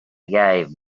gave